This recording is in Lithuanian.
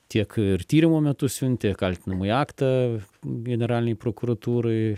tiek ir tyrimo metu siuntė kaltinamąjį aktą generalinei prokuratūrai